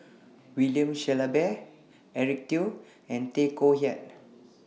William Shellabear Eric Teo and Tay Koh Yat